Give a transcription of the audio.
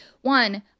One